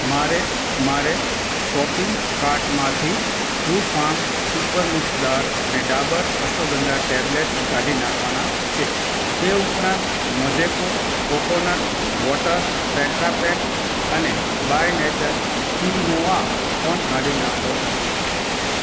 મારે મારે શોપિંગ કાર્ટમાંથી ટ્રૂફાર્મ સુપર મિક્સ દાળ અને ડાબર અશ્વગંધા ટેબ્લેટ્સ કાઢી નાખવાનાં છે તે ઉપરાંત મોજેકો કોકોનટ વોટર ટેટ્રાપેક અને બાય નેચર ક્વિનોઆ પણ કાઢી નાખો